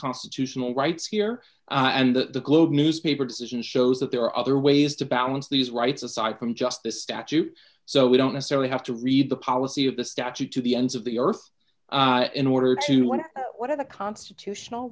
constitutional rights here and that the globe newspaper decision shows that there are other ways to balance these rights aside from just this statute so we don't necessarily have to read the policy of the statute to the ends of the earth in order to want to have a constitutional